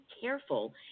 careful